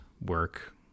work